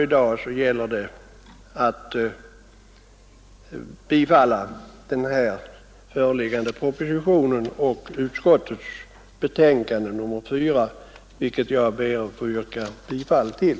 I dag gäller det den här föreliggande propositionen och utskottets betänkande nr 4, till vilket jag ber att få yrka bifall.